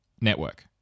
network